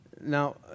Now